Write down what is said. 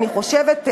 אני חושבת,